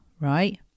right